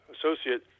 associate